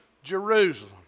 Jerusalem